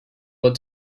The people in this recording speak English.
what